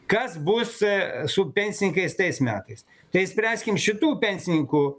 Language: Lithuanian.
kas bus su pensininkais tais metais tai spręskim šitų pensininkų